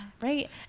right